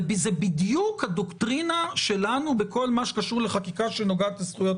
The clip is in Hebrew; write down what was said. זה בדיוק הדוקטרינה שלנו בכל מה שקשור לחקיקה שנוגעת לזכויות